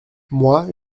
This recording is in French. moi